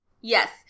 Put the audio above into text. Yes